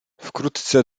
wkrótce